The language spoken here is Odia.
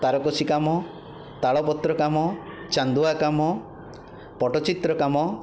ତାରକସି କାମ ତାଳପତ୍ର କାମ ଚାନ୍ଦୁଆ କାମ ପଟ୍ଟଚିତ୍ର କାମ